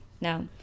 no